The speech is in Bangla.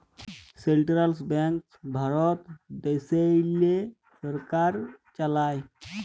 সেলট্রাল ব্যাংকস ভারত দ্যাশেল্লে সরকার চালায়